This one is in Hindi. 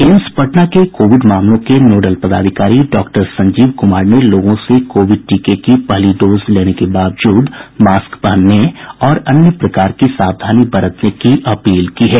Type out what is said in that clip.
एम्स पटना के कोविड मामलों के नोडल पदाधिकारी डॉक्टर संजीव कुमार ने लोगों से कोविड टीके की पहली खुराक लेने के बावजूद मास्क पहनने और अन्य प्रकार की सावधानी बरतने की अपील की है